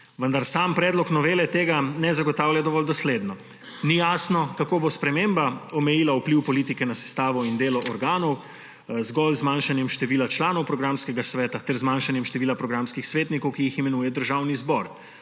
Vendar sam predlog novele tega ne zagotavlja dovolj dosledno. Ni jasno, kako bo sprememba omejila vpliv politike na sestavo in delo organov zgolj z zmanjšanjem števila članov programskega sveta ter zmanjšanjem števila programskih svetnikov, ki jih imenuje Državni zbor,